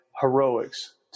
heroics